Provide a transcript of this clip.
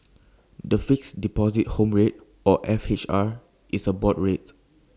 the Fixed Deposit Home Rate or F H R is A board rate